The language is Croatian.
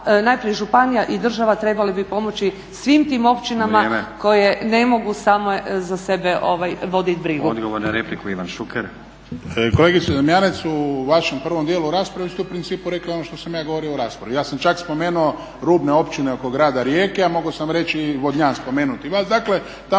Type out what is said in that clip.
najprije županija i država trebale bi pomoći svim tim općinama koje ne mogu samo za sebe voditi brigu.